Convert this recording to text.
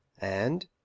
and